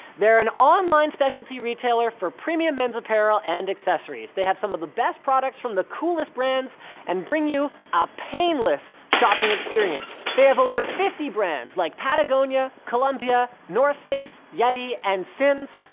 they're an online specialty retailer for premium men's apparel and accessories they have some of the best products from the coolest brands and bring you a painless shopping experience. they have over fifty brands like patagonia, columbia, north face, yeti, and simms,